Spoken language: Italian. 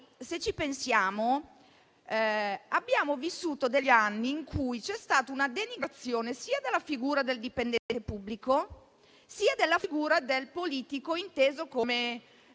Se ci pensiamo, abbiamo vissuto degli anni in cui c'è stata una denigrazione sia della figura del dipendente pubblico sia della figura del politico, inteso come